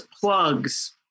plugs